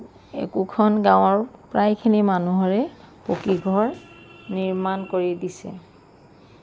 একোখন গাঁৱৰ প্ৰায়খিনি মানুহৰেই পকীঘৰ নিৰ্মাণ কৰি দিছে